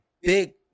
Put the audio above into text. big